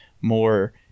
more